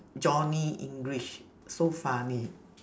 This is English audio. johnny english so funny